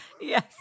yes